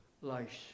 lives